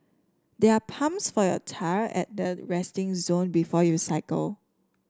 there are pumps for your tyre at the resting zone before you cycle